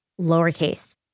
lowercase